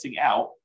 out